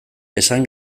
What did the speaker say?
esan